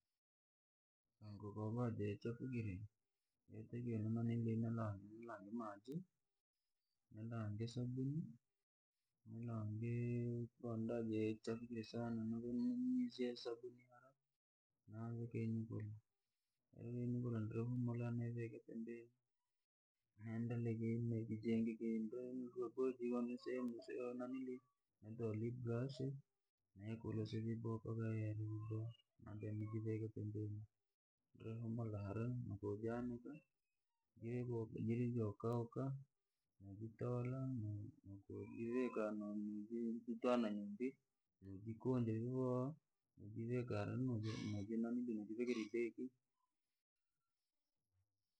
Ngoo ko yachafukire, yaatakiwa ni loveke maaji, ma nilonge sabuni, koyachafukire sana ninyinyizie sabuni, nifula nilihumula niivike pembeni. Niendelee fula iji jingi kosehemu siyo nitole ibrashi, nii kuluse vyaboha madenivike ivarwi, nilihumula hara ngoo jane jiri kauka, nilihumula hara nijitole nitojivika nanyumbii, nikajikunja vyaboha, nojivikira ibegii.